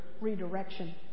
redirection